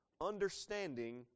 understanding